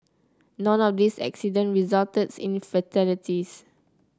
none of this accident resulted in fatalities